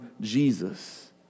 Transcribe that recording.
Jesus